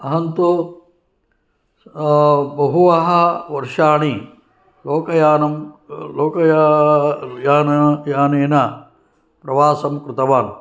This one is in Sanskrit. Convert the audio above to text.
अहन्तु बहवः वर्षाणि लोकयानं यानेन प्रवासं कृतवान्